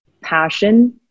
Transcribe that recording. passion